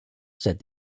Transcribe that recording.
said